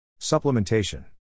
Supplementation